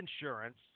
insurance